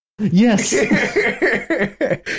Yes